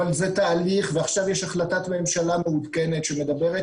אבל זה תהליך ועכשיו יש החלטת ממשלה מעודכנת שמדברת